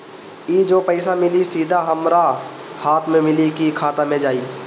ई जो पइसा मिली सीधा हमरा हाथ में मिली कि खाता में जाई?